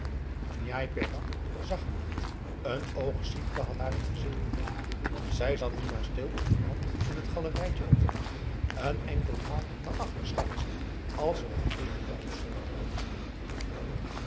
njai peraq zag hem niet een oogziekte had haar t gezicht benomen zij zat nu maar stil op de mat in het galerijtje over dag een enkel maal naar achter scharrelend als ze wat eten wou of zoo